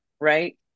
Right